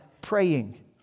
praying